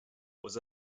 was